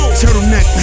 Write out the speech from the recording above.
turtleneck